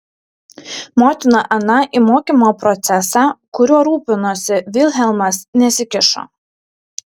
motina ana į mokymo procesą kuriuo rūpinosi vilhelmas nesikišo